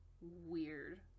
...weird